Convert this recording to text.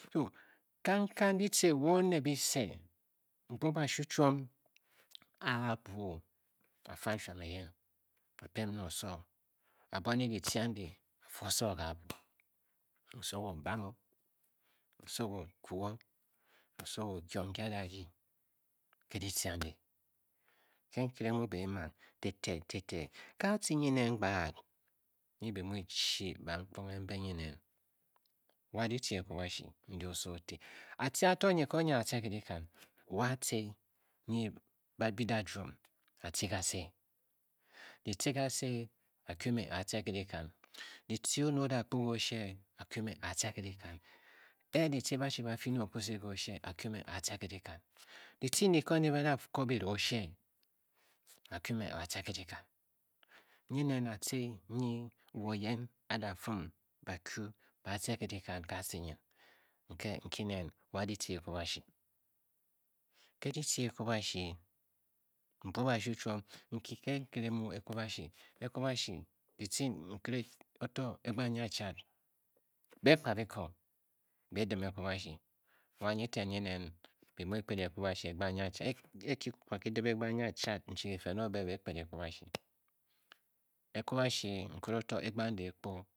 Kangkang ditce wo oned bise mbuob kashu chiom a a-buu a fa nshuam eyen a pem ne oso, a bua nr ditce andi a fe oso ke abuo osowo o-ban o, osowo o-puo osowo o kye o nki a da rdyi ke ditce andi ke nkere mu be e man te te tete ke atci nyin nen gbaad nyi. E muuchi bankponghr mbe nyin ne, wa ditce ekubashi ndi oso o-te atce ato nyi ko nyiaatce kr dikan wa atce nyi ba bi da jwom, atce kase ditce kase a kyu meaa tce ke dikan ditce oned o da kpu ke oshe a kyi mme a a tce ke dikan e-e ditce ba chi ba fyi ne okpuse ke oshe a-kyu mme a a tce ke dikan ditce ndu ko ndi ba da ko bira oshe a kyu me aa tce ke dikan nyin nen atce nyi wo yen a da fum a kyu a a tce ke dikana ke a tce nyin nke nki ne wa ditce ekub ashi kr ditce ekwubashi, mbuob ke ditce ekwubashi mbuob kashii chuom nki ke nkere mh ekwubashi ekwu ashi nkere oto egbang nyiachad be e kpa biko beedim ekwubashi wa nyi len nyi nen bi mu kpedeng ekwubashi egbang nyia chad e-e ki kwu kwa kyi dip egbang nyiachad n chi kifen o-obe be e-kped ekwubashi ekwubashi nkere to egbang dehkpo